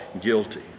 guilty